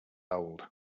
old